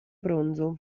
bronzo